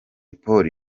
polly